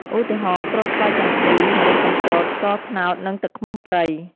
ឧទាហរណ៍ គ្រាប់ស្វាយចន្ទី , ម្រេចកំពត, ស្ករត្នោត និងទឹកឃ្មុំព្រៃ ។